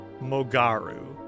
Mogaru